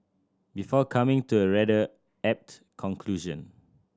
before coming to a rather apt conclusion